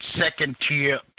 second-tier